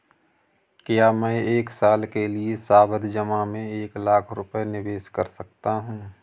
क्या मैं एक साल के लिए सावधि जमा में एक लाख रुपये निवेश कर सकता हूँ?